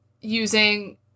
using